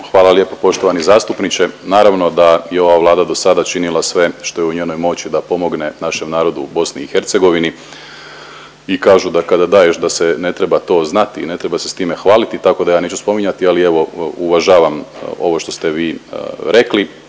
Hvala lijepo poštovani zastupniče. Naravno da je ova Vlada do sada činila sve što je u njenoj moći da pomogne našem narodu u BiH i kažu kada daješ da se ne treba to znati i ne treba se s time hvaliti, tako da ja neću spominjati. Ali evo uvažavam ovo što ste vi rekli.